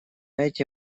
эти